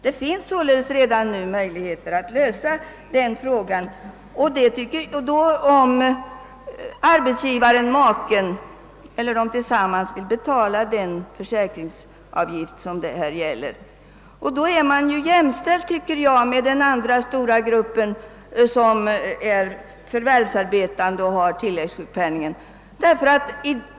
Det finns således redan nu möjlighet för en kvinna att lösa den frågan, om arbetsgivaren-maken eller de båda tillsammans vill betala försäkringsavgiften. Dessa kvinnor är enligt min mening jämställda med den andra stora grupp som är förvärvsarbetande och får tillläggssjukpenning.